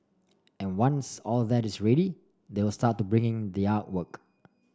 and once all that is ready they will start to bring in the artwork